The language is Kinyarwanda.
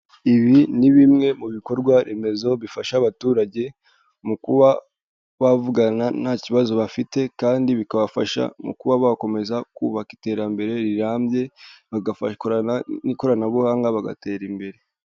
Ibi ni bimwe mu bikorwa remezo bifasha abaturage mu kuba bavugana nta kibazo bafite kandi bikabafasha mu kuba bakomeza kubaka iterambere rirambye, bagakorana n'ikoranabuhanga, bagatera imbere.